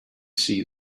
see